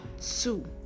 Two